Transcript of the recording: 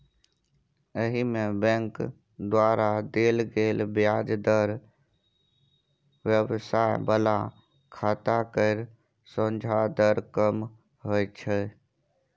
एहिमे बैंक द्वारा देल गेल ब्याज दर व्यवसाय बला खाता केर सोंझा दर कम होइ छै